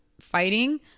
fighting